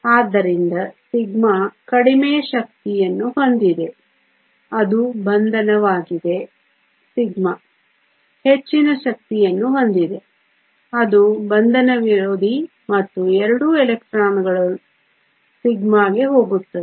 ಆದ್ದರಿಂದ σ ಕಡಿಮೆ ಶಕ್ತಿಯನ್ನು ಹೊಂದಿದೆ ಅದು ಬಂಧನವಾಗಿದೆ σ ಹೆಚ್ಚಿನ ಶಕ್ತಿಯನ್ನು ಹೊಂದಿದೆ ಅದು ಬಂಧನ ವಿರೋಧಿ ಮತ್ತು ಎರಡೂ ಎಲೆಕ್ಟ್ರಾನ್ಗಳು σ ಗೆ ಹೋಗುತ್ತವೆ